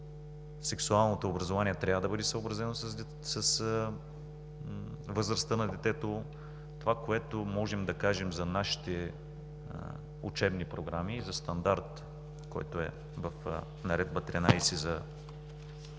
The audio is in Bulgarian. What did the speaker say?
Сексуалното образование трябва да бъде съобразено с възрастта на детето. Това, което можем да кажем за нашите учебни програми, за стандарта, който е в Наредба № 13 за